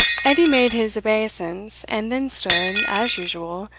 edie made his obeisance, and then stood, as usual,